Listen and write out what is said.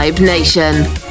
Nation